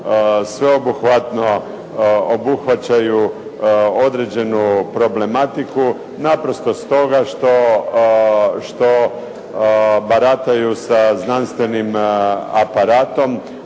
sve obuhvatno obuhvaćaju određenu problematiku, naprosto stoga što barataju sa znanstvenim aparatom,